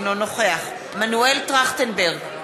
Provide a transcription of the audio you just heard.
אינו נוכח מנואל טרכטנברג,